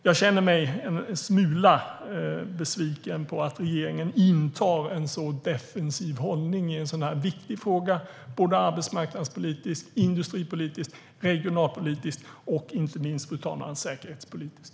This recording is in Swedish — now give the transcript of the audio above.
Jag känner mig en smula besviken på att regeringen intar en så defensiv hållning i en sådan här viktig fråga, både arbetsmarknadspolitiskt, industripolitiskt, regionalpolitiskt och inte minst, fru talman, säkerhetspolitiskt.